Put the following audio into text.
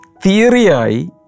theory